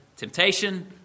Temptation